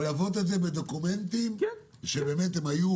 שיוכלו ללוות את זה בדוקומנטים שבאמת הם היו